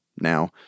now